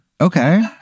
Okay